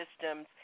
systems